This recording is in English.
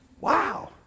Wow